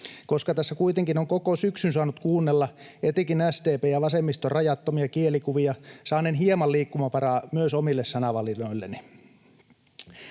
Koska tässä kuitenkin on koko syksyn saanut kuunnella etenkin SDP:n ja vasemmiston rajattomia kielikuvia, saanen hieman liikkumavaraa myös omille sanavalinnoilleni.